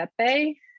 pepe